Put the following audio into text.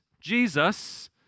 Jesus